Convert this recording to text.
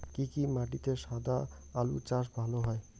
কি কি মাটিতে সাদা আলু চাষ ভালো হয়?